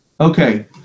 Okay